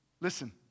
Listen